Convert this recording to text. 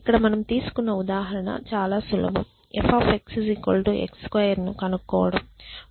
ఇక్కడ మనం తీసుకున్న ఉదాహరణ చాలా సులభం f x² ను కనుక్కోవడం